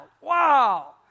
Wow